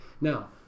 Now